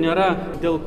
nėra dėl